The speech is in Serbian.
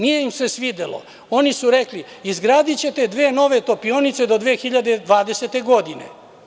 Nije im se svidelo i oni su rekli - izgradićete dve nove topionice do 2020. godine.